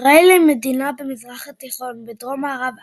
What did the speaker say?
ישראל היא מדינה במזרח התיכון, בדרום-מערב אסיה,